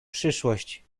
przyszłość